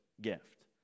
gift